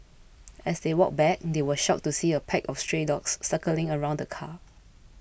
as they walked back they were shocked to see a pack of stray dogs circling around the car